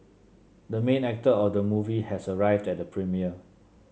the main actor of the movie has arrived at the premiere